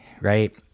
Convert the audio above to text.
Right